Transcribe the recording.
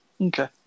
okay